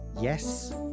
Yes